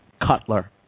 Cutler